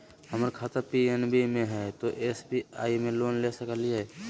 हमर खाता पी.एन.बी मे हय, तो एस.बी.आई से लोन ले सकलिए?